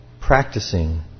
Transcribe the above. practicing